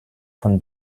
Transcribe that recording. von